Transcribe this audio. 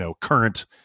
current